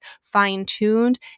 fine-tuned